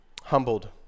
humbled